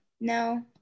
No